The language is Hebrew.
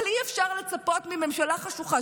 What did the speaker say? אבל אי-אפשר לצפות מממשלה חשוכה,